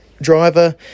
driver